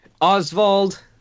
Oswald